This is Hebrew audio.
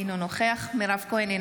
אינו נוכח מירב כהן,